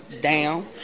down